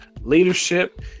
leadership